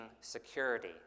security